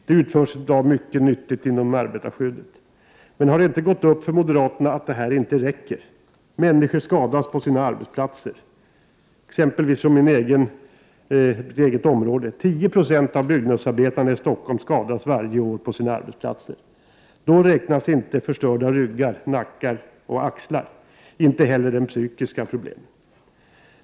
Det utförs i dag mycket nyttigt inom arbetarskyddet, men har det inte gått upp för moderaterna att detta inte räcker? Människor skadas i dag på sina arbetsplatser. Från mitt eget område kan jag nämna att 10 76 av byggnadsarbetarna i Stockholm varje år skadas på sina arbetsplatser. Då räknas inte förstörda ryggar, nackar och axlar, inte heller de psykiska problemen.